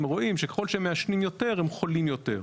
רואים שככל שמעשנים יותר הם חולים יותר,